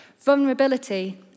vulnerability